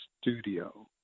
Studio